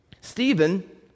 Stephen